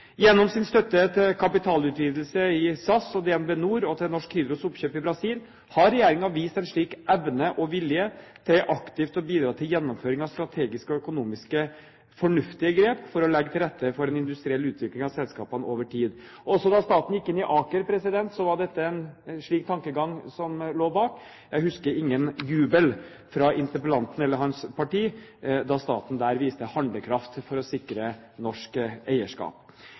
Gjennom sin støtte til kapitalutvidelse i SAS og DnB NOR og til Norsk Hydros oppkjøp i Brasil har regjeringen vist en slik evne og vilje til aktivt å bidra til gjennomføring av strategisk og økonomisk fornuftige grep for å legge til rette for en industriell utvikling av selskapene over tid. Også da staten gikk inn i Aker, var det en slik tankegang som lå bak. Jeg husker ingen jubel fra interpellanten eller hans parti da staten der viste handlekraft for å sikre norsk eierskap.